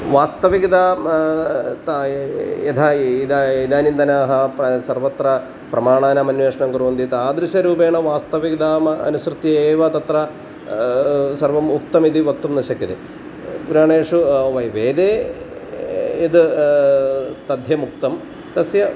वास्तवकता ताः यथा इदानीन्तनाः प्रायः सर्वत्र प्रमाणानाम् अन्वेषणं कुर्वन्ति तादृशरूपेण वास्तविकताम् अनुसृत्य एव तत्र सर्वम् उक्तमिति वक्तुं न शक्यते पुराणेषु वै वेदे यत् पद्यमुक्तं तस्य